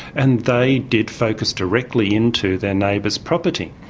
and they did focus directly into their neighbours' property.